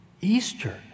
Easter